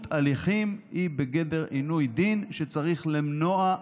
הליכים היא בגדר עינוי דין שצריך למנוע,